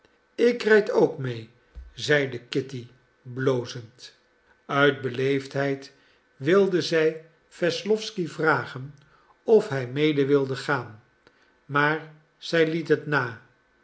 ik rijd ook mee zeide kitty blozend uit beleefdheid wilde zij wesslowsky vragen of hij mede wilde gaan maar zij liet het na